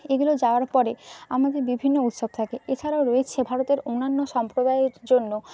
এগুলো যাওয়ার পরে আমাদের বিভিন্ন উৎসব থাকে এছাড়াও রয়েছে ভারতের অন্যান্য সম্প্রদায়ের জন্য